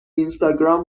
اینستاگرام